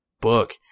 book